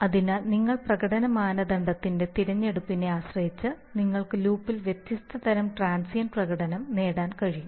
അതിനാൽ നിങ്ങളുടെ പ്രകടന മാനദണ്ഡത്തിന്റെ തിരഞ്ഞെടുപ്പിനെ ആശ്രയിച്ച് നിങ്ങൾക്ക് ലൂപ്പിൽ വ്യത്യസ്ത തരം ട്രാൻസിയൻറ്റ് പ്രകടനം നേടാൻ കഴിയും